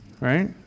Right